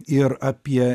ir apie